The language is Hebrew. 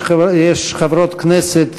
יש חברות כנסת,